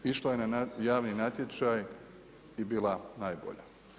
Išla je na javni natječaj i bila najbolja.